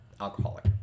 alcoholic